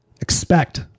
expect